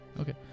Okay